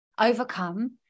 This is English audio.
overcome